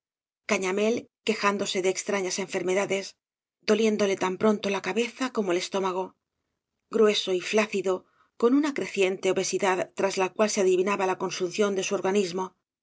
cañamél quejándose de extrañas enfermedades doliéndole tan pronto la cabeza como el estómago grueso y flácido con una creciente obesidad tras la cual se adivinaba la consunción de bu organismo y